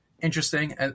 interesting